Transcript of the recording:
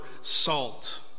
salt